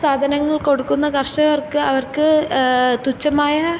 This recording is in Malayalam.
സാധനങ്ങൾ കൊടുക്കുന്ന കർഷകർക്ക് അവർക്ക് തുച്ഛമായ